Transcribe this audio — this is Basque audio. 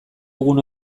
gune